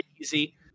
easy